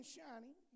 shiny